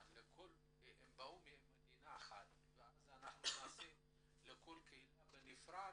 הם באו ממדינה אחת ואז אנחנו נעשה לכל קהילה בנפרד?